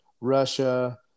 Russia